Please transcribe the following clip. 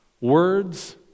words